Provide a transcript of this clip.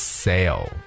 sale